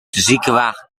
ziekenwagen